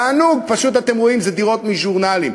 תענוג פשוט, אתם רואים דירות מז'ורנלים.